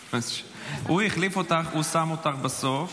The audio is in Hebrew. הוא החליף אותך, הוא שם אותך בסוף.